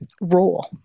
role